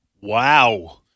Wow